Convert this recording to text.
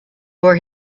were